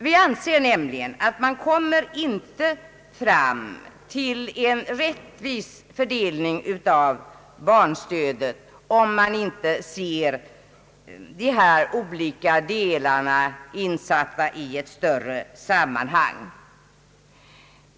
Vi anser nämligen att man inte kommer fram till en rättvis fördelning av barnstödet, om man inte ser de olika delarna insatta i ett större sammanhang.